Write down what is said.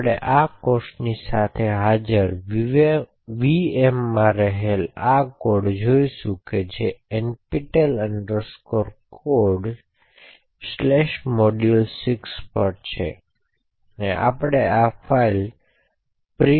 આપણે આ કોર્સની સાથે હાજર VMમાં રહેલા આ કોડ જોઈશું જે NPTEL Codesmodule6 પર છે આપણે ફાઇલ print3a